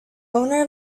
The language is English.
owner